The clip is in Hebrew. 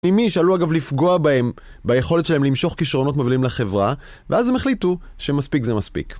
עם מי שעלו, אגב, לפגוע בהם ביכולת שלהם למשוך כישרונות מובילים לחברה, ואז הם החליטו שמספיק זה מספיק.